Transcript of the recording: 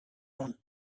own